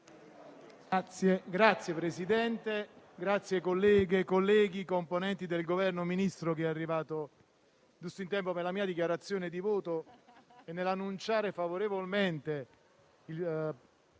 Signor Presidente, colleghe, colleghi, componenti del Governo, Ministro - arrivato giusto in tempo per la mia dichiarazione di voto - nell'annunciare favorevolmente il parere